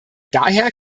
daher